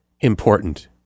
important